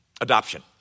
adoption